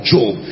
Job